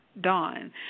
Dawn